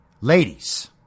ladies